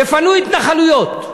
יפנו התנחלויות,